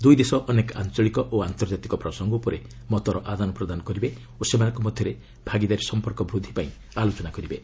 ଦୁଇ ଦେଶ ଅନେକ ଆଞ୍ଚଳିକ ଓ ଆନ୍ତର୍ଜାତିକ ପ୍ରସଙ୍ଗ ଉପରେ ମତର ଆଦାନ ପ୍ରଦାନ କରିବେ ଓ ସେମାନଙ୍କ ମଧ୍ୟରେ ଭାଗିଦାରୀ ସମ୍ପର୍କ ବୃଦ୍ଧି ପାଇଁ ଆଲୋଚନା କରିବେ